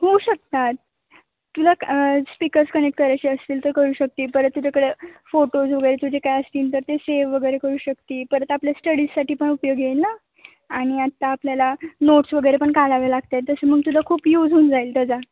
होऊ शकतात तुला स्पीकर्स कनेक्ट करायची असतील तर करू शकते परत तुझ्याकडं फोटोज वगैरे तुझे काय असतील तर ते सेव वगैरे करू शकते परत आपल्या स्टडीजसाठी पण उपयोग येईल ना आणि आत्ता आपल्याला नोट्स वगैरे पण काढाव्या लागतात तसे मग तुझं खूप यूज होऊन जाईल त्याचा